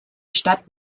stadt